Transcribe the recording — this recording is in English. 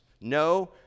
no